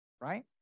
Right